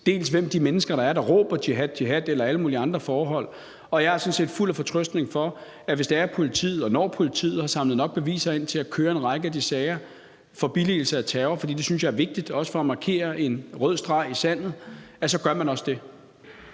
bevise, hvem de mennesker er, der råber: jihad, jihad – eller alle mulige andre forhold. Jeg er sådan set fuld af fortrøstning, i forhold til at hvis og når politiet har samlet beviser nok ind til at køre en række af de sager om billigelse af terror, så gør de også det. Og det synes jeg er vigtigt, også for at trække en streg i sandet. Kl. 16:11 Tredje